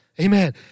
Amen